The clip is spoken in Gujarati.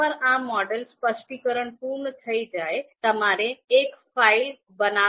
એકવાર આ મોડેલ સ્પષ્ટીકરણ પૂર્ણ થઈ જાય તમારે એક ફાઇલ બનાવાની જરૂર છે